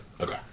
Okay